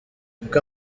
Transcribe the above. uko